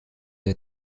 der